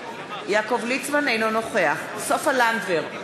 אינו נוכח סופה לנדבר,